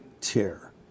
tear